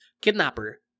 kidnapper